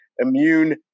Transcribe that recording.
immune